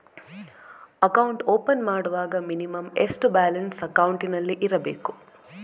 Account open ಮಾಡುವಾಗ minimum ಎಷ್ಟು balance ಅಕೌಂಟಿನಲ್ಲಿ ಇರಬೇಕು?